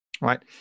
right